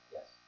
Yes